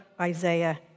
Isaiah